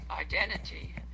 identity